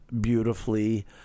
Beautifully